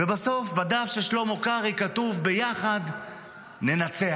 ובסוף, בדף של שלמה קרעי כתוב: ביחד ננצח.